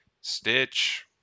stitch